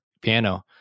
piano